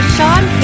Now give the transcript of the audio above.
Sean